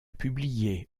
publié